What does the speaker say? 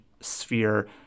sphere